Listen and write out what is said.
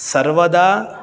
सर्वदा